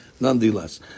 Nonetheless